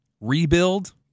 Rebuild